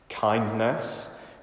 Kindness